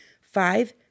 five